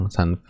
Sun